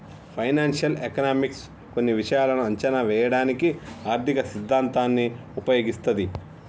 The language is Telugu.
ఫైనాన్షియల్ ఎకనామిక్స్ కొన్ని విషయాలను అంచనా వేయడానికి ఆర్థిక సిద్ధాంతాన్ని ఉపయోగిస్తది